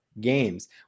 games